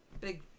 big